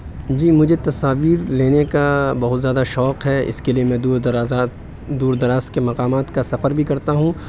جی مجھے تصاویر لینے کا بہت زیادہ شوق ہے اس کے لیے میں دور درازات دور دراز کے مقامات کا سفر بھی کرتا ہوں